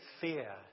fear